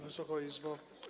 Wysoka Izbo!